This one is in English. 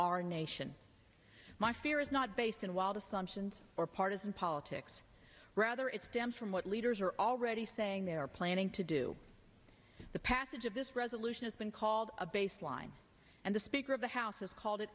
our nation my fear is not based on wild assumptions or partisan politics rather it stems from what leaders are already saying they are planning to do the passage of this resolution has been called a baseline and the speaker of the house has called it